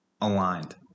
aligned